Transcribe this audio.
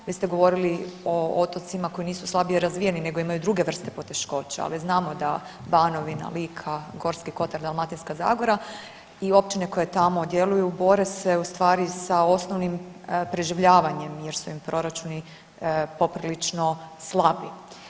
Vi ste govorili o otocima koji nisu slabije razvijeni nego imaju druge vrste poteškoća, ali znamo da Banovina, Lika, Gorski Kotar, Dalmatinska zagora i općine koje tamo djeluju bore se u stvari sa osnovnim preživljavanjem jer su im proračuni poprilično slabi.